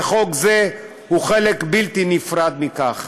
וחוק זה הוא חלק בלתי נפרד מכך.